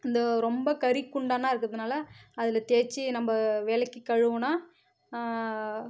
இந்தோ ரொம்ப கரி குண்டானாக இருக்குறதுனால அதில் தேய்ச்சி நம்ப விளக்கி கழுவினா